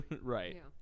Right